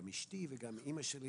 גם אשתי וגם אימא שלי